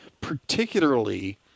particularly